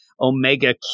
omega